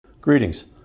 Greetings